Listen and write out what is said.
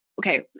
okay